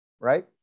right